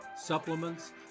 supplements